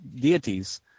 deities